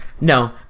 No